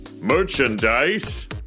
Merchandise